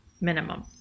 minimum